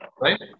Right